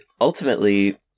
ultimately